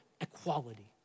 equality